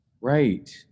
Right